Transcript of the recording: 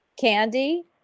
Candy